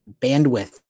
bandwidth